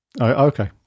Okay